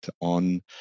on